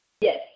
Yes